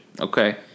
Okay